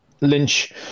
Lynch